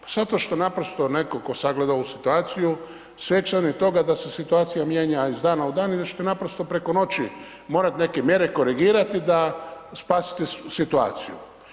Pa zato što naprosto neko ko sagleda ovu situaciju, svjestan je toga da se situacija mijenja iz dana u dan i da će te naprosto preko noći morat neke mjere korigirati da spasite situaciju.